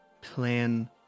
plan